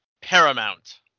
Paramount